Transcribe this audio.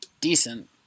decent